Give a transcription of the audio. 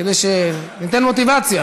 כדי שניתן מוטיבציה.